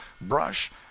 brush